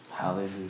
Hallelujah